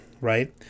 Right